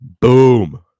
boom